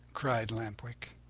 cried lamp-wick,